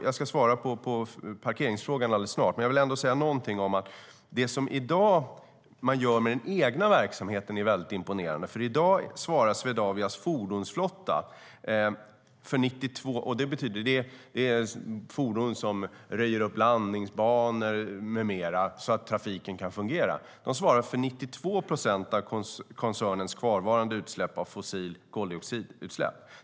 Jag ska svara på parkeringsfrågan alldeles snart, men jag vill först säga någonting om det som man gör i dag med den egna verksamheten och som är imponerande. I dag svarar Swedavias fordonsflotta - fordon som röjer landningsbanor med mera så att trafiken kan fungera - för 92 procent av koncernens kvarvarande utsläpp av fossilt koldioxidutsläpp.